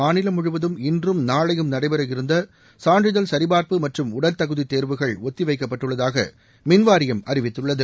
மாநிலம் முழுவதும் இன்றும் நாளையும் நடைபெறவிருந்த சான்றிதழ் சரிபாா்ப்பு மற்றும் உடல் தகுதித் தேர்வுகள் ஒத்திவைக்கப்பட்டுள்ளதாக மின்வாரியம் அறிவித்துள்ளது